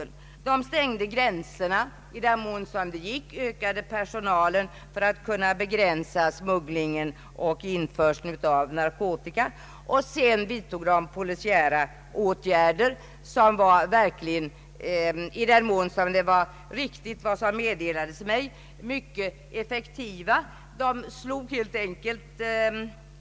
Vidare stängde man gränserna i den mån det gick, ökade personalen för att kunna begränsa smuggling och införsel av narkotika och vidtog polisiära åtgärder som, i den mån det som meddelades mig var riktigt, var mycket effektiva.